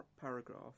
paragraph